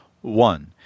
One